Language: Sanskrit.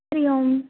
हरिः ओम्